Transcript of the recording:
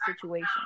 situation